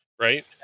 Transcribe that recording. Right